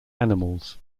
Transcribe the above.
animals